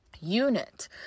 unit